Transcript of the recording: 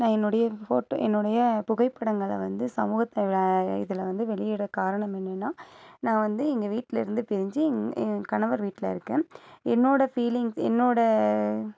நான் என்னுடைய ஃபோட்டோ என்னுடைய புகைப்படங்களை வந்து சமூகத்துல இதில் வந்து வெளியிடக் காரணம் என்னென்னால் நான் வந்து எங்கள் வீட்டில் இருந்து பிரிஞ்சு என் என் கணவர் வீட்டில் இருக்கேன் என்னோடய ஃபீலிங்க்ஸ் என்னோடய